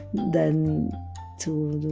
than to,